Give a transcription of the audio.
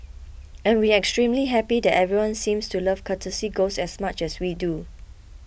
and we extremely happy that everyone seems to love Courtesy Ghost as much as we do